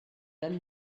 then